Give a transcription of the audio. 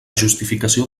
justificació